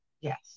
Yes